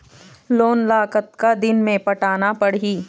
Loan ला कतका दिन मे पटाना पड़ही?